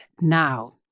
now